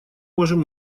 можем